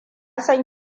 san